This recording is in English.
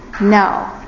no